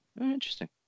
Interesting